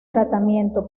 tratamiento